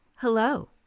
Hello